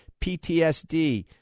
PTSD